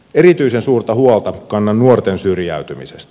erityisen suurta huolta kannan nuorten syrjäytymisestä